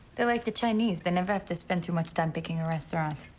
they're like the chinese. they never have to spend too much time picking a restaurant.